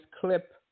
clip